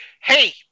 Hey